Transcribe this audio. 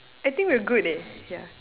I think we are good leh yeah